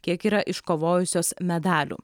kiek yra iškovojusios medalių